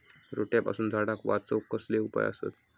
रोट्यापासून झाडाक वाचौक कसले उपाय आसत?